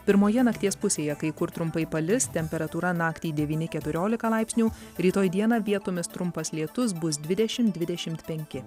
pirmoje nakties pusėje kai kur trumpai palis temperatūra naktį devyni keturiolika laipsnių rytoj dieną vietomis trumpas lietus bus dvidešim dvidešimt penki